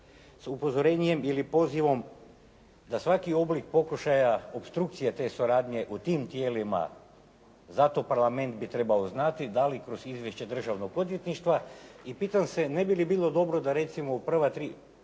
sa upozorenjem ili pozivom da svaki oblik pokušaja opstrukcije te suradnje u tim tijelima za to Parlament bi trebao znati da li kroz izvješće Državnog odvjetništva. I pitam se ne bi li bilo dobro da recimo u prva tri,